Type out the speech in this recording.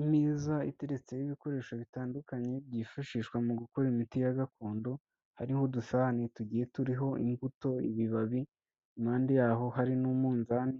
Imeza itetseho ibikoresho bitandukanye byifashishwa mu gukora imiti ya gakondo, hariho udusahane tugiye turiho imbuto, ibibabi, impande yaho hari n'umunzani